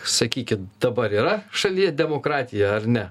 sakykit dabar yra šalyje demokratija ar ne